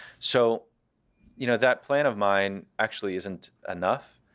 so you know that plan of mine actually isn't enough,